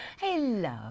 Hello